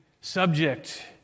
subject